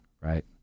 right